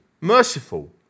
merciful